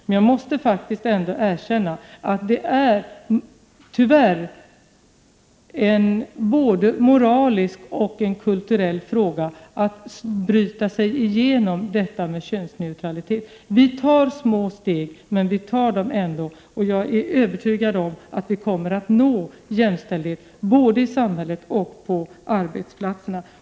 Men jag måste faktiskt ändå erkänna att det tyvärr är en både moralisk och kulturell fråga att bryta igenom detta med könsneutraliteten. Vi tar små steg, men vi tar dem ändå. Jag är övertygad om att vi kommer att nå jämställdhet både i samhället och på arbetsplatserna.